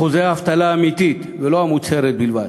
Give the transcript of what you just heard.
אחוז האבטלה האמיתית, ולא המוצהרת בלבד,